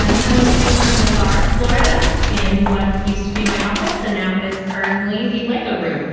i'm coming to you from navarre, florida in what used to be my office and now is firmly the lego room